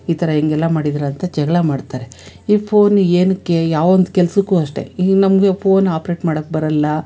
ಈ ಥರ ಹಿಂಗೆಲ್ಲ ಮಾಡಿದ್ದೀರಿ ಅಂತ ಜಗಳ ಮಾಡ್ತಾರೆ ಈ ಫೋನ್ ಏನಕ್ಕೆ ಯಾವೊಂದು ಕೆಲಸಕ್ಕು ಅಷ್ಟೇ ಈಗ ನಮಗೆ ಪೋನ್ ಆಪ್ರೇಟ್ ಮಾಡೋಕ್ಕೆ ಬರೋಲ್ಲ